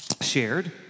shared